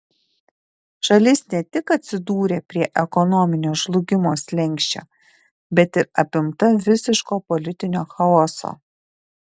šalis ne tik atsidūrė prie ekonominio žlugimo slenksčio bet ir apimta visiško politinio chaoso